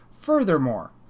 Furthermore